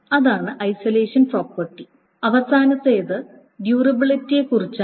അതാണ് isolation property അവസാനത്തേത് ഡ്യൂറബിലിറ്റിയേക്കുറിച്ചാണ്